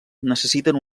necessiten